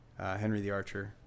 henrythearcher